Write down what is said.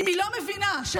אם היא לא מבינה שחמאס